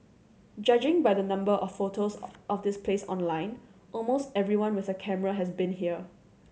judging by the number of photos of this place online almost everyone with a camera has been here